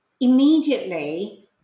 immediately